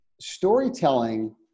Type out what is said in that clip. storytelling